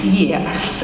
years